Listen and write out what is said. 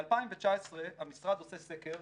ב-2019 המשרד עושה סקר,